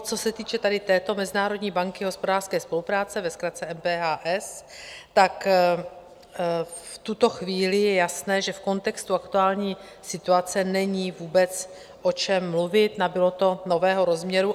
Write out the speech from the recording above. Co se týče této Mezinárodní banky hospodářské spolupráce, ve zkratce MBHS, tak v tuto chvíli je jasné, že v kontextu aktuální situace není vůbec o čem mluvit, nabylo to nového rozměru.